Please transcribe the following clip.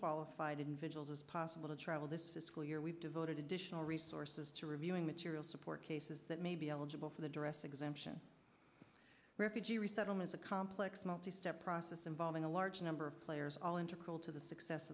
qualified individuals as possible to travel this fiscal year we've devoted additional resources to reviewing material support cases that may be eligible for the duress exemption refugee resettlement complex multi step process involving a large number of players all integral to the success